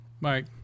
Mike